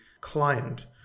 client